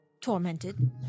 Tormented